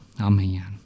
Amen